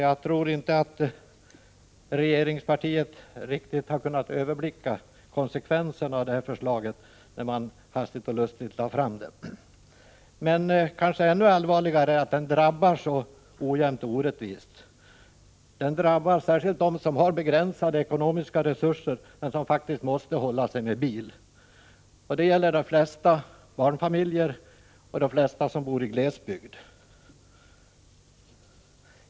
Jag tror inte att regeringspartiet riktigt har kunnat överblicka konsekvenserna av detta förslag när det hastigt och lustigt lades fram. Kanske ännu allvarligare är att höjningen av bilaccisen drabbar så ojämmt och så orättvist. Den drabbar särskilt dem som har begränsade ekonomiska resurser men som måste hålla sig med bil. Det gäller de flesta barnfamiljer och de flesta som bor i glesbygd.